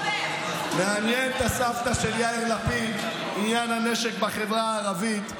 מעניין את הסבתא של יאיר לפיד עניין הנשק בחברה הערבית.